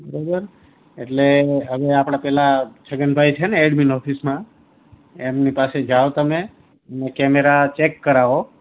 બરોબર એટલે હવે આપણે પેલા છગનભાઈ છેને એડમિન ઓફિસમાં એમની પાસે જાઓ તમે અને કેમેરા ચેક કરાવો